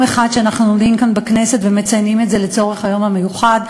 אחד שאנחנו עומדים כאן בכנסת ומציינים את זה לצורך היום המיוחד,